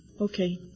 okay